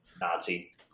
Nazi